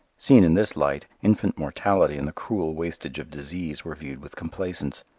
seen in this light, infant mortality and the cruel wastage of disease were viewed with complacence.